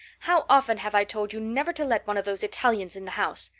how often have i told you never to let one of those italians in the house!